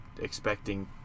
expecting